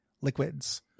liquids